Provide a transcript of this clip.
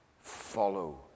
follow